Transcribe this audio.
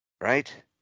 right